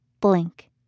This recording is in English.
Blink